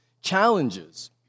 challenges